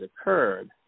occurred